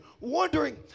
wondering